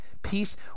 peace